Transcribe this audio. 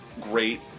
great